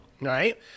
right